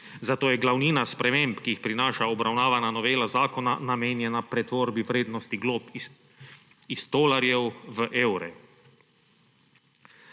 Zato je glavnina sprememb, ki jih prinaša obravnavana novela zakona, namenjena pretvorbi vrednosti glob iz tolarjev v evre.